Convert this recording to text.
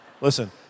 Listen